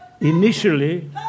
Initially